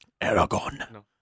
Aragorn